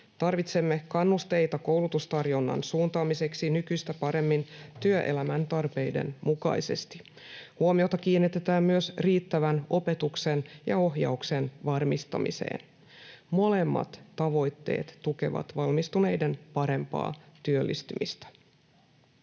Tarvitsemme kannusteita koulutustarjonnan suuntaamiseksi nykyistä paremmin työelämän tarpeiden mukaisesti. Huomiota kiinnitetään myös riittävän opetuksen ja ohjauksen varmistamiseen. Molemmat tavoitteet tukevat valmistuneiden parempaa työllistymistä.